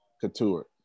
Couture